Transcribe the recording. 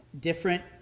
different